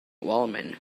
wellman